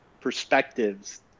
perspectives